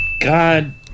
God